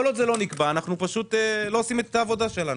כל עוד זה לא נקבע אנחנו פשוט לא עושים את העבודה שלנו.